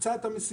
ביצע את המשימה,